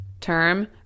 term